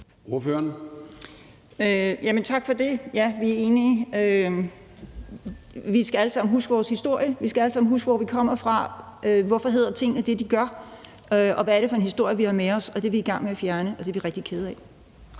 tak for det. Ja, vi er enige. Vi skal alle sammen huske vores historie. Vi skal alle sammen huske, hvor vi kommer fra, hvorfor tingene hedder det, de gør, og hvad det er for en historie, vi har med os. Det er vi i gang med at fjerne, og det er vi rigtig kede af.